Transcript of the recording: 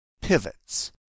Pivots